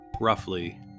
roughly